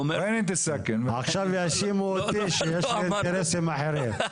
עכשיו יאשימו אותי שיש לי אינטרסים אחרים.